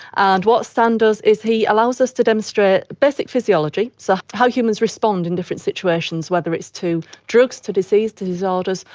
and what stan does is he allows us to demonstrate basic physiology, so how humans respond in different situations, whether it's to drugs, to disease, to disorders,